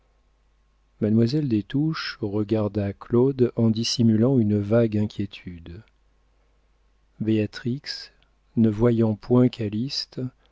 des touches regarda claude en dissimulant une vague inquiétude béatrix ne voyant point